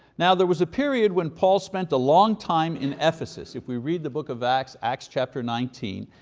now there was a period when paul spent a long time in ephesus. if we read the book of acts, acts chapter nineteen,